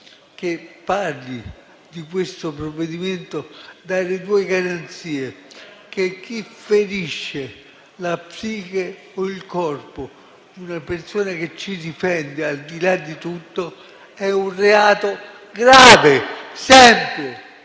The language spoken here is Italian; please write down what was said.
che parlino di questo provvedimento, dare due garanzie: che chi ferisce la psiche o il corpo di una persona che ci difende, al di là di tutto, commette un reato grave, sempre